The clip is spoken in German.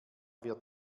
wird